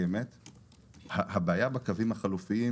הבעיה בקווים החלופיים